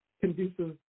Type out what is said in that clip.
conducive